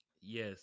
Yes